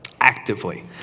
actively